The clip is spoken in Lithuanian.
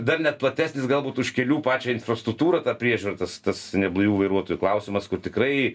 dar net platesnis galbūt už kelių pačią infrastruktūrą tą priežiūrą tas tas neblaivių vairuotojų klausimas kur tikrai